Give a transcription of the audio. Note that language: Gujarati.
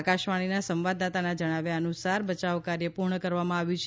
આકાશવાણીના સંવાદદાતાના જણાવ્યા અનુસાર બચાવ કાર્ય પુર્ણ કરવામાં આવ્યું છે